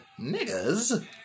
Niggas